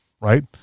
right